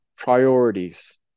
priorities